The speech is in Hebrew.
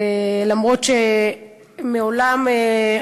ולמרות שמעולם,